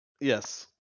Yes